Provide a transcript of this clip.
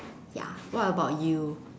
ya what about you